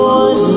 one